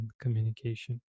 communication